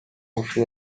ушул